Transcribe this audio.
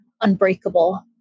unbreakable